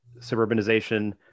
suburbanization